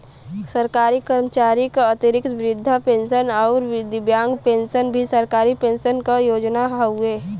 सरकारी कर्मचारी क अतिरिक्त वृद्धा पेंशन आउर दिव्यांग पेंशन भी सरकारी पेंशन क योजना हउवे